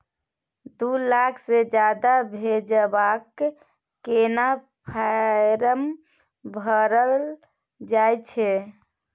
दू लाख से ज्यादा भेजबाक केना फारम भरल जाए छै?